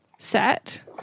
set